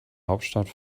hauptstadt